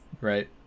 Right